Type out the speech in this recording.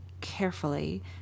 carefully